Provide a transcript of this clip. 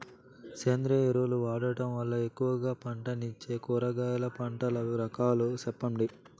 సేంద్రియ ఎరువులు వాడడం వల్ల ఎక్కువగా పంటనిచ్చే కూరగాయల పంటల రకాలు సెప్పండి?